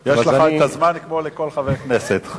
יש לך זמן כמו לכל חבר כנסת.